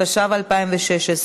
התשע"ו 2016,